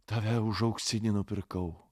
tave už auksinį nupirkau